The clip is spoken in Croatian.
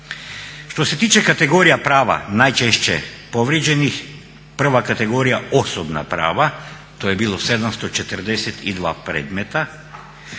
Što se tiče kategorija prava najčešće povrijeđenih prva kategorija osobna prava to je bilo 742 predmeta,